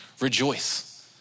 rejoice